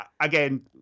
Again